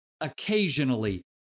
occasionally